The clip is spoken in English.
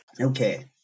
Okay